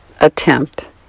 attempt